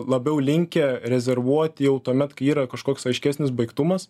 labiau linkę rezervuoti jau tuomet kai yra kažkoks aiškesnis baigtumas